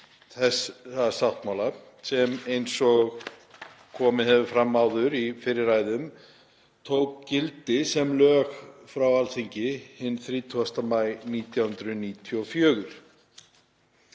þess sáttmála sem, eins og komið hefur fram í fyrri ræðum, tók gildi sem lög frá Alþingi hinn 30. maí 1994.